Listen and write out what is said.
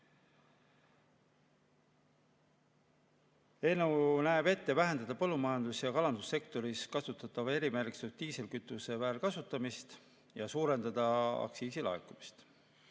Eelnõu näeb ette vähendada põllumajandus- ja kalandussektoris kasutatava erimärgistatud diislikütuse väärkasutamist ja suurendada aktsiisi laekumist.